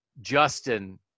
Justin